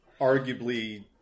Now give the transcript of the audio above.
arguably